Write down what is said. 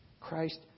Christ